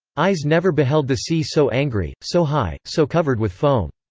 eyes never beheld the sea so angry, so high, so covered with foam.